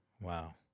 Wow